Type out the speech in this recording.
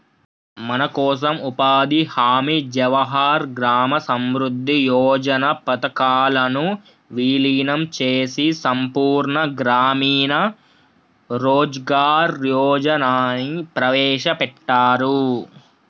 మనకోసం ఉపాధి హామీ జవహర్ గ్రామ సమృద్ధి యోజన పథకాలను వీలినం చేసి సంపూర్ణ గ్రామీణ రోజ్గార్ యోజనని ప్రవేశపెట్టారు